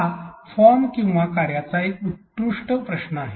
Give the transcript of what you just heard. हा फॉर्म किंवा कार्याचा एक उत्कृष्ट प्रश्न आहे